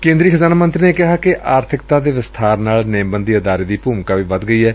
ਕੇਂਦਰੀ ਖਜ਼ਾਨਾ ਮੰਤਰੀ ਨੇ ਕਿਹਾ ਕਿ ਆਰਥਿਕਤਾ ਦੇ ਵਿਸਥਾਰ ਨਾਲ ਨੇਮਬੰਦੀ ਅਦਾਰੇ ਦੀ ਭੁਮਿਕਾ ਵੀ ਵਧੀ ਏ